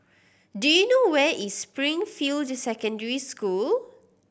do you know where is Springfield Secondary School